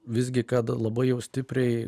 visgi kad labai jau stipriai